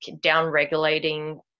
down-regulating